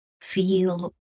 Feel